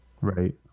right